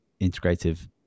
integrative